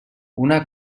una